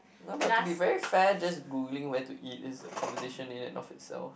no but to be very fair just Googling where to eat it's a conversation in an of itselft